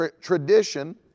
Tradition